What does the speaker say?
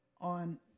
on